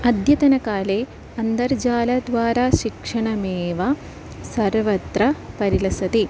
अद्यतनकाले अन्तर्जालद्वारा शिक्षणमेव सर्वत्र परिलसति